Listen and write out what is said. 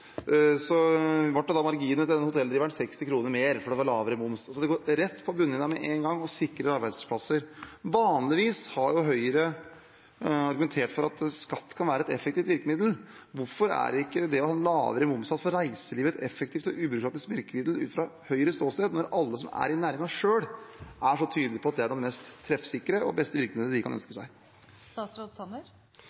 til den hotelldriveren 60 kr mer fordi det var lavere moms. Så det går rett på bunnlinjen med én gang og sikrer arbeidsplasser. Vanligvis har Høyre argumentert for at skatt kan være et effektivt virkemiddel. Hvorfor er ikke det å ha lavere momssats for reiselivet et effektivt og ubyråkratisk virkemiddel ut fra Høyres ståsted, når alle som er i næringen selv, er så tydelig på at det er det mest treffsikre og beste virkemiddelet de kan ønske